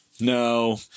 No